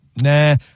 Nah